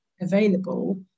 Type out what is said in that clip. available